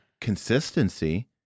consistency